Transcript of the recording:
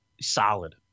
Solid